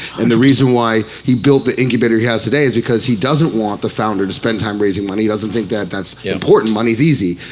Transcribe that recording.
and the reason why he built the incubator he has today is because he doesn't want the founder to spend time raising money. he doesn't think that that's yep. important, money is easy.